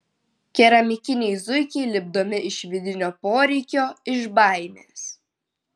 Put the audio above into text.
keramikiniai zuikiai lipdomi iš vidinio poreikio iš baimės